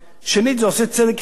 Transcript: שנית, זה עושה צדק חברתי,